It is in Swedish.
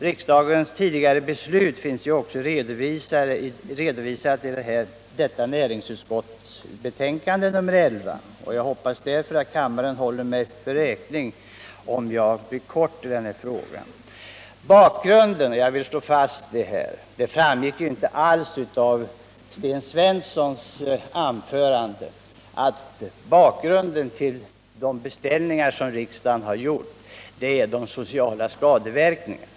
Riksdagens tidigare beslut finns ju också redovisat i näringsutskottets betänkande nr 11. Jag hoppas därför att kammarens ledamöter håller mig räkning för att jag fattar mig kort i den här frågan. Det framgick inte alls av Sten Svenssons anförande, det vill jag slå fast, att Nr 43 bakgrunden till riksdagens beställningar är de sociala skadeverkningarna.